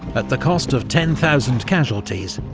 at the cost of ten thousand casualties,